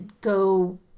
go